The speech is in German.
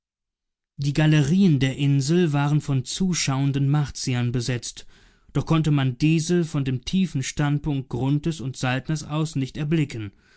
die galerien der insel waren von zuschauenden martiern besetzt doch konnte man diese von dem tiefen standpunkt grunthes und saltners aus nicht erblicken